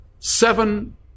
Seven